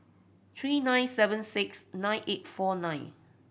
three nine seven six nine eight four nine